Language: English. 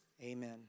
amen